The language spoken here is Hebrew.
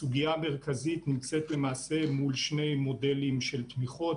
הסוגיה המרכזית נמצאת מול שני מודלים של תמיכות: